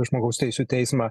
žmogaus teisių teismą